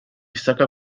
saca